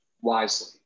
wisely